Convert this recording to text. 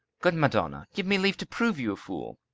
good madonna, give me leave to prove you a fool.